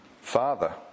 Father